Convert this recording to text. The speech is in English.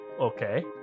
Okay